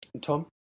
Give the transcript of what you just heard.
Tom